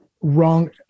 wrong